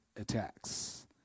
attacks